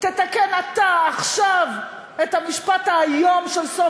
תתקן אתה עכשיו את המשפט האיום של סוף